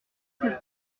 cette